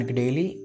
daily